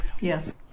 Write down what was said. yes